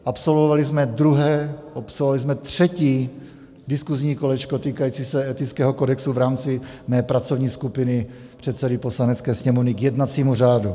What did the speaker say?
Absolvovali jsme druhé, absolvovali jsme třetí diskuzní kolečko týkající se etického kodexu v rámci mé pracovní skupiny předsedy Poslanecké sněmovny k jednacímu řádu.